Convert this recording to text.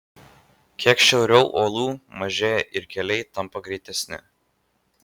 kiek šiauriau uolų mažėja ir keliai tampa greitesni